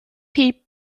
piep